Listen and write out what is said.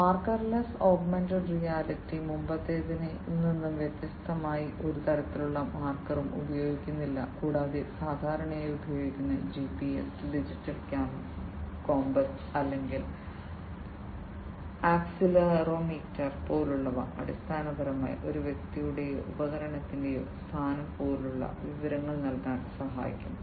marker less augmented reality മുമ്പത്തേതിൽ നിന്ന് വ്യത്യസ്തമായി ഒരു തരത്തിലുള്ള മാർക്കറും ഉപയോഗിക്കുന്നില്ല കൂടാതെ സാധാരണയായി ഉപയോഗിക്കുന്ന GPS ഡിജിറ്റൽ കോമ്പസ് അല്ലെങ്കിൽ ആക്സിലറോമീറ്റർ പോലുള്ളവ അടിസ്ഥാനപരമായി ഒരു വ്യക്തിയുടെയോ ഉപകരണത്തിന്റെയോ സ്ഥാനം പോലുള്ള വിവരങ്ങൾ നൽകാൻ സഹായിക്കുന്നു